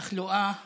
תחלואה